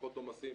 פחות עומסים.